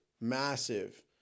massive